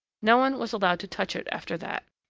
no one was allowed to touch it after that.